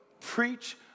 preach